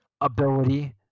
ability